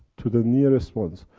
to the nearest ones.